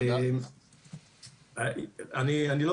נושא